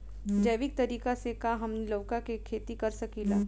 जैविक तरीका से का हमनी लउका के खेती कर सकीला?